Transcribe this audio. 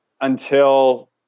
until-